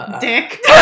dick